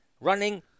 running